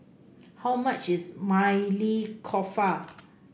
how much is Maili Kofta